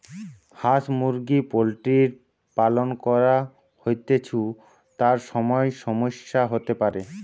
হাঁস মুরগি পোল্ট্রির পালন করা হৈতেছু, তার সময় সমস্যা হতে পারে